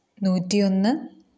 നൂറ്റി ഒന്ന്